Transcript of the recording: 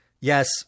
yes